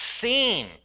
seen